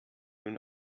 nun